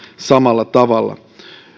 samalla tavalla